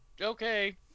Okay